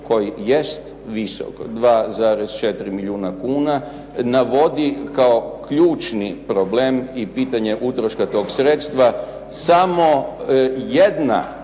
koji jest visok 2,4 milijuna kuna navodi kao ključni problem i pitanje utroška toga sredstva samo jedna